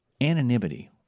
anonymity